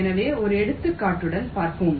எனவே ஒரு எடுத்துக்காட்டுடன் பார்ப்போம்